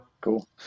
cool